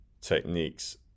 techniques